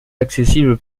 accessible